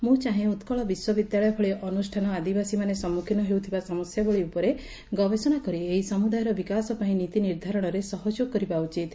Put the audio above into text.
ମୁଁ ଚାହେଁ ଉକ୍କଳ ବିଶ୍ୱବିଦ୍ୟାଳୟ ଭଳି ଅନୁଷ୍ଠାନ ଆଦିବାସୀମାନେ ସମ୍ମୁଖୀନ ହେଉଥିବା ସମସ୍ୟାବଳୀ ଉପରେ ଗବେଷଣା କରି ଏହି ସମୁଦାୟର ବିକାଶ ପାଇଁ ନୀତି ନିର୍ଦ୍ଧାରଣରେ ସହଯୋଗ କରିବା ଉଚିତ୍